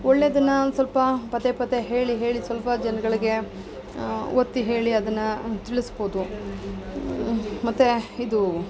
ಒಳ್ಳೇದನ್ನು ಒಂದು ಸ್ವಲ್ಪ ಪದೇ ಪದೇ ಹೇಳಿ ಹೇಳಿ ಸ್ವಲ್ಪ ಜನಗಳ್ಗೆ ಒತ್ತಿ ಹೇಳಿ ಅದನ್ನು ತಿಳ್ಸ್ಬೋದು ಮತ್ತು ಇದು